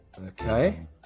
Okay